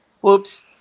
Whoops